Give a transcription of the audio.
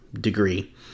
degree